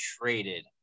traded